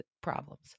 problems